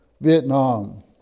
Vietnam